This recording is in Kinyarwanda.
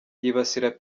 yibasira